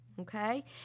okay